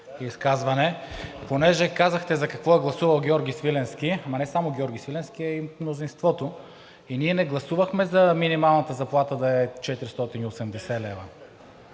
изказване. Понеже казахте за какво е гласувал Георги Свиленски, но не само Георги Свиленски, а и мнозинството. И ние не гласувахме минималната заплата да е 480 лв.,